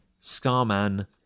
Starman